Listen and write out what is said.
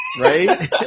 Right